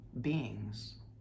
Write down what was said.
beings